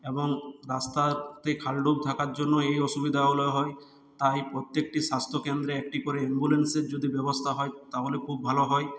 এবং রাস্তার থাকার জন্য এই অসুবিধাগুলো হয় তাই প্রত্যেকটি স্বাস্থ্য কেন্দ্রে একটি করে অ্যাম্বুলেন্সের যদি ব্যবস্থা হয় তাহলে খুব ভালো হয়